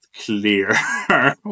clear